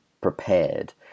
prepared